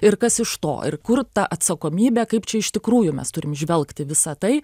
ir kas iš to ir kur ta atsakomybė kaip čia iš tikrųjų mes turim žvelgt į visa tai